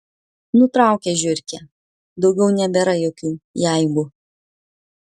nutraukė žiurkė daugiau nebėra jokių jeigu